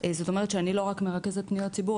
זאת אומרת שאני לא רק מרכזת פניות ציבור,